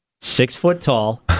six-foot-tall